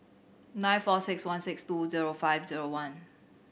nine four six one six two zero five zero one